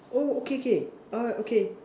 oh okay K ah okay